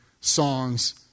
songs